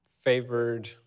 favored